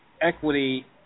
equity